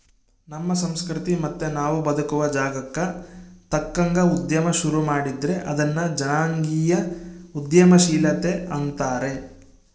ನಮ್ಮ ಸಂಸ್ಕೃತಿ ಮತ್ತೆ ನಾವು ಬದುಕುವ ಜಾಗಕ್ಕ ತಕ್ಕಂಗ ಉದ್ಯಮ ಶುರು ಮಾಡಿದ್ರೆ ಅದನ್ನ ಜನಾಂಗೀಯ ಉದ್ಯಮಶೀಲತೆ ಅಂತಾರೆ